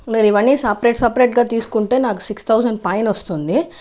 నేను ఇవన్నీ సపరేట్ సపరేట్గా తీసుకుంటే నాకు సిక్స్ థౌసండ్ పైన వస్తుంది